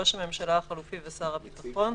ראש הממשלה החליפי ושר הביטחון,